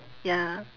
ya